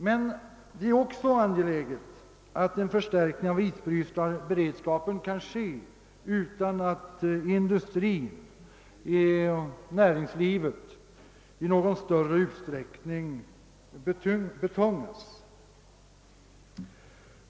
Men det är också angeläget att en förstärkning av isbrytarberedskapen kan ske utan att näringslivet i någon större = utsträckning <betungas.